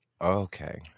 Okay